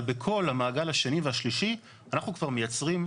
אבל בכל המעגל השני והשלישי אנחנו כבר מייצרים,